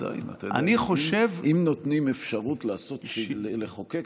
אם נותנים אפשרות לחוקק,